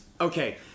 Okay